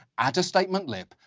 add a statement lip,